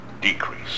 decrease